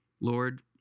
Lord